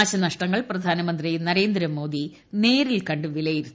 നാശനഷ്ടങ്ങൾ പ്രധാനമന്ത്രി നരേന്ദ്രമോദി നേരിൽ കണ്ട് വിലയിരുത്തി